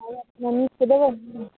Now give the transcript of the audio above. खाना पीना नीक से देबै ने